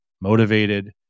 motivated